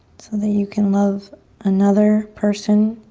so that you can love another person,